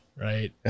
right